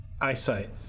eyesight